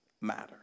matter